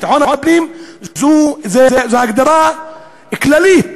זו הגדרה כללית,